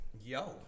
Yo